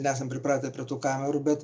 nesam pripratę prie tų kamerų bet